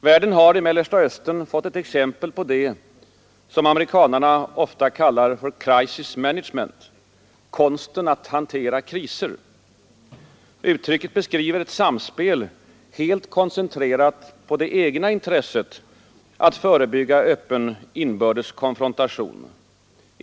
Världen har i Mellersta Östern fått ett exempel på det som amerikanerna ofta kallar ”crisis management” — konsten att hantera kriser. Uttrycket beskriver ett samspel helt koncentrerat på det egna intresset att förebygga öppen inbördes konfrontation.